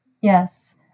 Yes